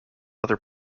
other